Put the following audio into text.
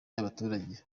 y’abaturage